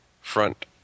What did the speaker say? front